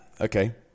okay